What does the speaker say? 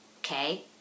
okay